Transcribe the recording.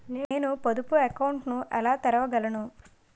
నేను పొదుపు అకౌంట్ను ఎలా తెరవగలను?